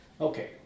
Okay